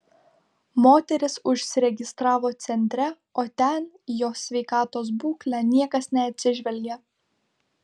moteris užsiregistravo centre o ten į jos sveikatos būklę niekas neatsižvelgia